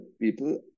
people